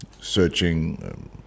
searching